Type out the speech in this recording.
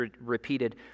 repeated